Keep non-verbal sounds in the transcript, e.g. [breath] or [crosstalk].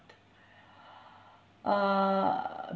[breath] uh